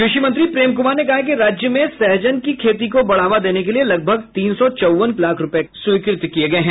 कृषि मंत्री प्रेम कुमार ने कहा है कि राज्य में सहजन की खेती को बढ़ावा देने के लिए लगभग तीन सौ चौवन लाख रूपये स्वीकृत किये गये हैं